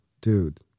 Dude